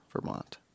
Vermont